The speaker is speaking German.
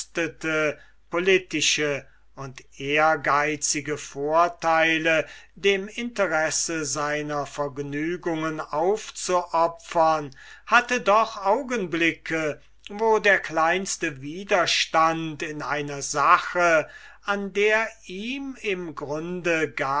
politische und ehrgeizige vorteile dem interesse seiner vergnügungen aufzuopfern hatte doch augenblicke wo der kleinste widerstand in einer sache an der ihm im grunde